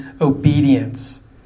obedience